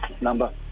number